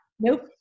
Nope